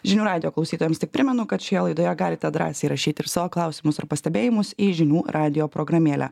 žinių radijo klausytojams tik primenu kad šioje laidoje galite drąsiai rašyti ir savo klausimus ar pastebėjimus į žinių radijo programėlę